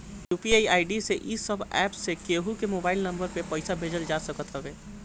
UPI ID से इ सब एप्प से केहू के मोबाइल नम्बर पअ पईसा भेजल जा सकत हवे